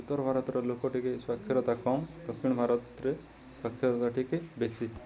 ଉତ୍ତର ଭାରତର ଲୋକ ଟିକେ ସ୍ୱାକ୍ଷରତା କମ୍ ଦକ୍ଷିଣ ଭାରତରେ ସ୍ୱାକ୍ଷରତା ଟିକେ ବେଶୀ